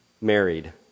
married